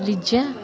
Liza